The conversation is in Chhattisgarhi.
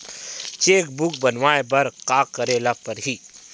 चेक बुक बनवाय बर का करे ल पड़हि?